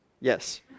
Yes